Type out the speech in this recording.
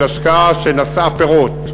של השקעה שנשאה פירות.